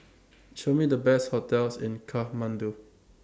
Show Me The Best hotels in Kathmandu